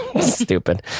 Stupid